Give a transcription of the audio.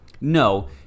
No